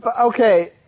okay